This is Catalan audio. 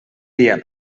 dia